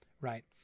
Right